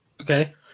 Okay